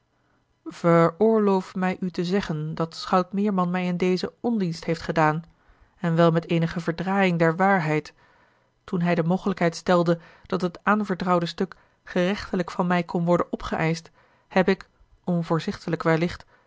veroorloof mij u te zeggen dat schout meerman mij in dezen ondienst heeft gedaan en wel met eenige verdraaiing der waarheid toen hij de mogelijkheid stelde dat het aanvertrouwde stuk gerechtelijk van mij kon worden opgeëischt heb ik onvoorzichtiglijk wellicht